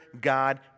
God